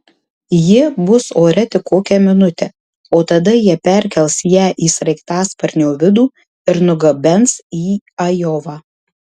ji bus ore tik kokią minutę o tada jie perkels ją į sraigtasparnio vidų ir nugabens į ajovą